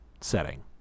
setting